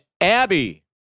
Abby